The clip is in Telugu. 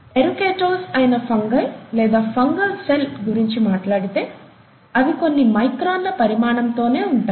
ఎరుకేటోస్ అయిన ఫంగై లేదా ఫంగల్ సెల్ గురించి మాట్లాడితే అవి కొన్ని మైక్రాన్ల పరిమాణంతో నే ఉంటాయి